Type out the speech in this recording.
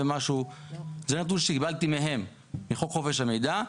זה נתון שקיבלתי מהם, מחוק חופש המידע.